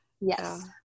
Yes